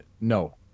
No